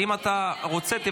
-- סופר-חשובים,